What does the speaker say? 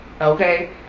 Okay